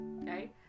Okay